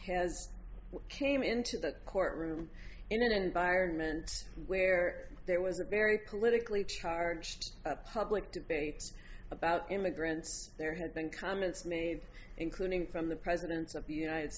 has came into that courtroom in an environment where there was a very politically charged public debate about immigrants there had been comments made including from the presidents of the united